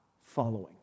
following